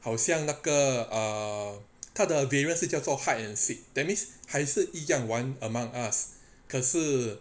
好像那个 ugh 他的 variant 是叫做 hide and seek that means 还是一样玩 among us 可是